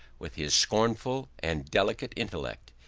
with his scornful and delicate intellect,